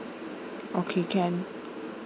okay can